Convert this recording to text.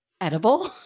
edible